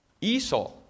Esau